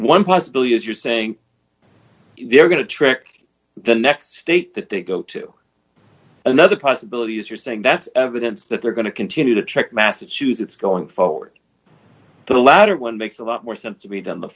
one possibility is you're saying they're going to trek the next state that they go to another possibility as you're saying that's evidence that they're going to continue to check massachusetts going forward the latter one makes a lot more sense to be done the